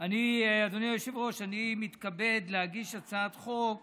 אני מתכבד להגיש הצעת חוק